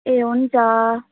ए हुन्छ